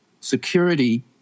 security